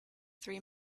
three